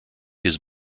his